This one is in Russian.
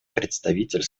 представитель